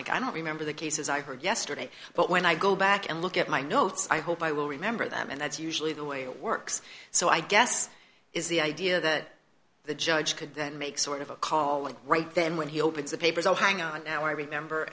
like i don't remember the cases i heard yesterday but when i go back and look at my notes i hope i will remember them and that's usually the way it works so i guess is the idea that the judge could then make sort of a call right then when he opens the papers oh hang on now i remember